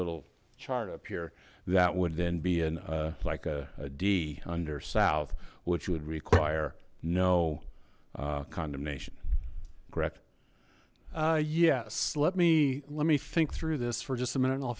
little chart up here that would then be in like a d under south which would require no condemnation correct yes let me let me think through this for just a minute i'll